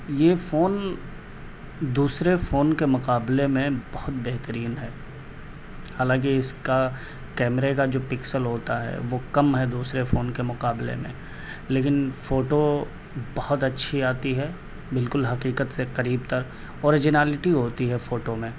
یہ فون دوسرے فون کے مقابلے میں بہت بہترین ہے حالانکہ اس کا کیمرے کا جو پکسل ہوتا ہے وہ کم ہے دوسرے فون کے مقابلے لیکن فوٹو بہت اچھی آتی ہے بالکل حقیقت سے قریب تر اوریجنالیٹی ہوتی ہے فوٹو میں